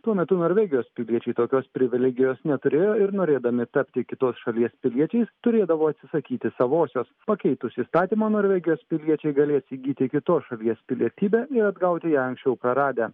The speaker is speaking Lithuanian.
tuo metu norvegijos piliečiai tokios privilegijos neturėjo ir norėdami tapti kitos šalies piliečiais turėdavo atsisakyti savosios pakeitus įstatymą norvegijos piliečiai galės įgyti kitos šalies pilietybę ir atgauti ją anksčiau praradę